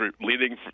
leading